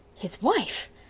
his wife!